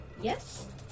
Yes